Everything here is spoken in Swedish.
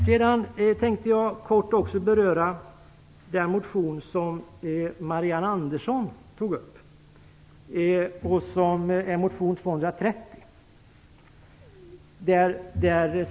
Därefter vill jag säga några ord om den motion som Marianne Andersson talade om, nämligen motion 230.